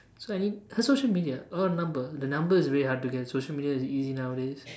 so I mean her social media or number the number is very hard to get social media is easy nowadays